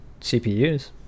cpus